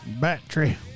Battery